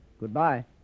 goodbye